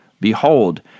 Behold